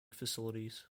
facilities